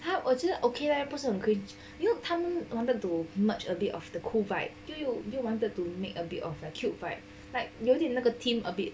哈我觉得 okay leh 不是很 cringe you know 他们 wanted to merge a bit of the cool vibe 又又又 wanted to make a bit of a cute vibe like 有一点那个 theme a bit